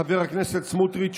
חבר הכנסת סמוּטריץ',